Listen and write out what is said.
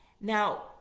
Now